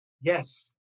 Yes